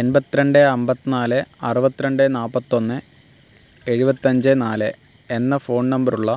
എൺപത്തിരണ്ട് അമ്പത്തതിനാല് അറുപത്തിരണ്ട് നാൽപ്പത്തൊന്ന് എഴുപത്തഞ്ച് നാല് എന്ന ഫോൺ നമ്പറുള്ള